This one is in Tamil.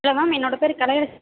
ஹலோ மேம் என்னோட பேரு கலையரசி